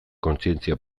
kontzientzia